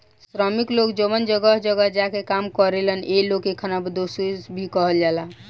श्रमिक लोग जवन जगह जगह जा के काम करेलन ए लोग के खानाबदोस भी कहल जाला